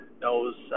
knows